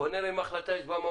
בוא נראה אם יש בהחלטה ממש.